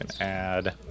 add